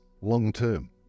long-term